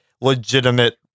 legitimate